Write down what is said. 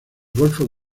golfo